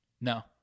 No